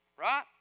Right